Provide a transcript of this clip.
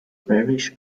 parish